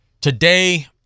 Today